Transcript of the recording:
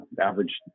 average